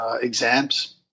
exams